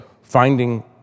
finding